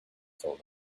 told